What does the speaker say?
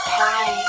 hi